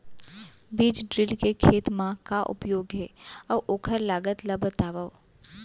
बीज ड्रिल के खेत मा का उपयोग हे, अऊ ओखर लागत ला बतावव?